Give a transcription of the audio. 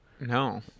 No